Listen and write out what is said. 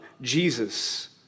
Jesus